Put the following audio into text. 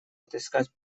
отыскать